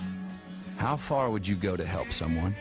well how far would you go to help someone